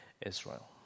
Israel